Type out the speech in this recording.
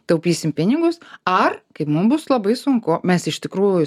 taupysim pinigus ar kai mum bus labai sunku mes iš tikrųjų